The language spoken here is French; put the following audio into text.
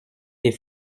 des